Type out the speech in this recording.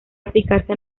aplicarse